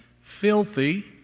filthy